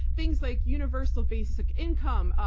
things like universal basic income,